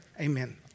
Amen